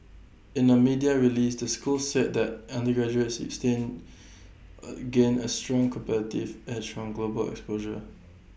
in A media release the school said that undergraduates stand A gain A strong competitive edge from global exposure